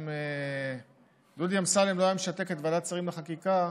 אם דודי אמסלם לא היה משתק את ועדת שרים לחקיקה,